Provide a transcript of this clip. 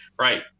right